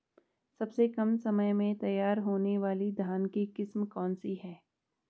सबसे कम समय में तैयार होने वाली धान की किस्म कौन सी है?